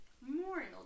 Memorial